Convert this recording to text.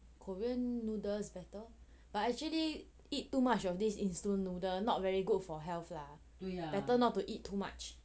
korean noodles better but actually eat too much of this instant noodle not very good for health lah better not to eat too much